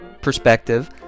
perspective